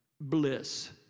Bliss